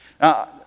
Now